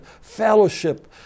fellowship